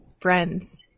friends